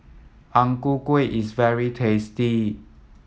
Ang Ku Kueh is very tasty